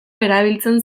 erabiltzen